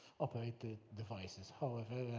operated devices. however,